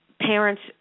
parents